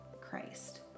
Christ